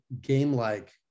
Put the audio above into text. game-like